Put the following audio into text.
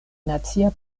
nacia